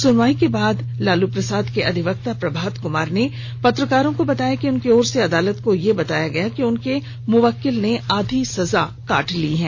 सुनवाई के बाद लालू प्रसाद के अधिवक्ता प्रभात कुमार ने पत्रकारों को बताया कि उनकी ओर से अदालत को यह बताया गया कि उनके मुवक्किल ने आधी सजा काट ली है